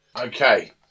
Okay